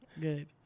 good